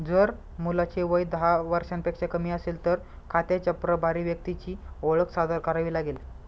जर मुलाचे वय दहा वर्षांपेक्षा कमी असेल, तर खात्याच्या प्रभारी व्यक्तीची ओळख सादर करावी लागेल